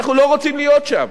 ואנחנו לא רוצים להיות שם,